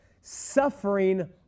suffering